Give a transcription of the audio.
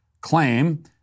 claim